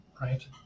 right